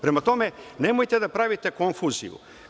Prema tome, nemojte da pravite konfuziju.